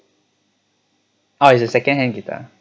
ah is the second hand guitar